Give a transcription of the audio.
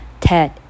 Ted